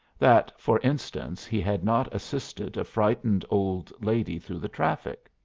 that, for instance, he had not assisted a frightened old lady through the traffic.